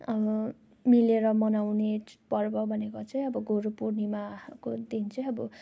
मिलेर मनाउने पर्व भनेको चाहिँ अब गुरु पूर्णिमाको दिन चाहिँ अब